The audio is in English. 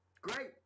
Great